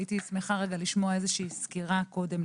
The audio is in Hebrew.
הייתי שמחה לשמוע איזושהי סקירה קודם,